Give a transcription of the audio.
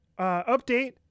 Update